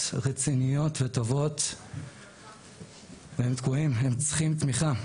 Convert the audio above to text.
רציניות וטובות והם צריכים ליווי ותמיכה.